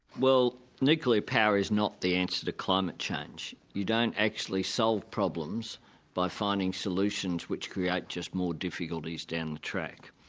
well nuclear power is not the answer to climate change. you don't actually solve problems by finding solutions which create just more difficulties down the track.